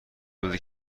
بده